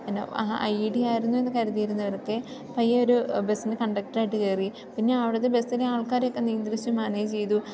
പിന്നെ ആ ഐ ഡിയായിരുന്നു എന്നു കരുതിയിരുന്നവരൊക്കെ പയ്യെ ഒരു ബസ്സിനു കണ്ടക്ടറായിട്ട് കയറി പിന്നെ അവിടുത്തെ ബസ്സിന് ആൾക്കാരൊക്കെ നിയന്ത്രിച്ചും മാനേജ് ചെയ്തും